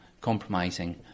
compromising